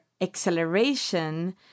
acceleration